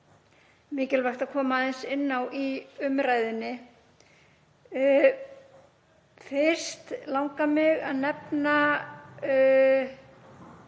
mikilvægt að koma aðeins inn á í umræðunni. Fyrst langar mig að nefna